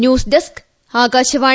news desk Akashvani